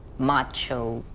macho,